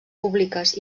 públiques